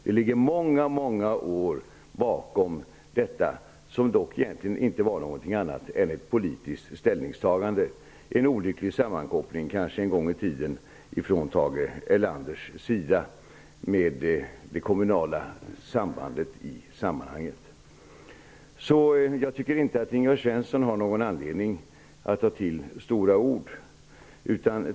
Det ligger många års arbete bakom avgörandet i den frågan, som dock egentligen inte var något annat än ett politiskt ställningstagande, en kanske olycklig sammankoppling, det kommunala sambandet, som Tage Erlander en gång i tiden gjorde. Jag tycker alltså inte att Ingvar Svensson har någon anledning att ta till stora ord.